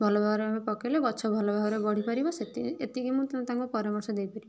ଭଲଭାବରେ ଆମେ ପକେଇଲେ ଗଛ ଭଲଭାବରେ ବଢ଼ିପାରିବ ସେତି ଏତିକି ମୁଁ ତାଙ୍କୁ ପରାମର୍ଶ ଦେଇପାରିବି